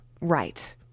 right